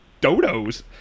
dodos